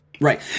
Right